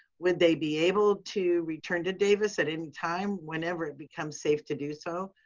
would they be able to return to davis at any time whenever it becomes safe to do so?